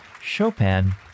Chopin